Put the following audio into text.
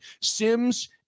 sims